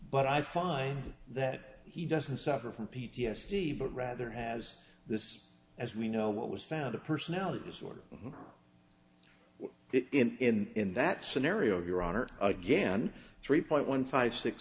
but i find that he doesn't suffer from p t s d but rather has this as we know what was found a personality disorder in that scenario your honor again three point one five six